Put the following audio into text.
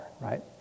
right